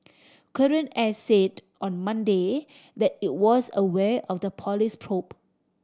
Korean Air said on Monday that it was aware of the police probe